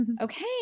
Okay